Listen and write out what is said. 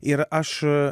ir aš